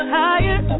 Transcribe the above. higher